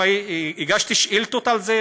הגשתי שאילתות על זה,